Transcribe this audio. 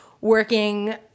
working